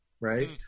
Right